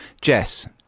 Jess